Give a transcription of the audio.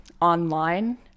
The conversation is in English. online